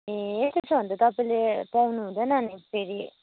ए त्यसो भने त तपाईँले पाउनु हुँदैन नि फेरि